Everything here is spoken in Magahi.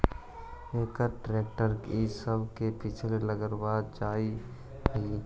एकरा ट्रेक्टर इ सब के पीछे लगावल जा हई